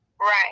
Right